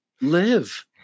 live